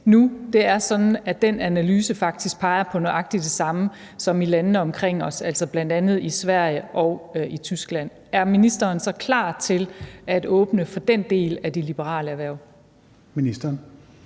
det nu er sådan, at den analyse faktisk peger på nøjagtig det samme som i landene omkring os, altså bl.a. i Sverige og i Tyskland, er ministeren så klar til at åbne for den del af de liberale erhverv? Kl.